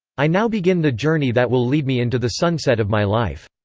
i now begin the journey that will lead me into the sunset of my life.